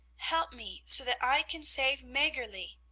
help me, so that i can save maggerli!